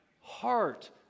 heart